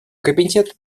комитет